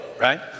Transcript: right